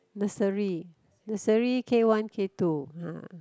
nursery nursery K one K two [huh]